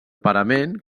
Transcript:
parament